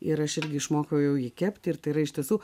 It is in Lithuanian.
ir aš irgi išmokau jau jį kepti ir tai yra iš tiesų